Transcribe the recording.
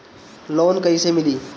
Loan कइसे मिली?